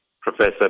Professor